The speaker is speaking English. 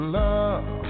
love